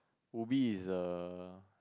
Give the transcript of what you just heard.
Ubi is the